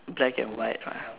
black and white ah